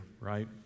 right